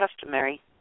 customary